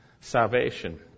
salvation